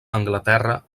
anglaterra